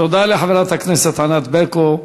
תודה לחברת הכנסת ענת ברקו.